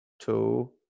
two